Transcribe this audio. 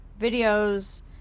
videos